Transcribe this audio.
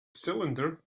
cylinder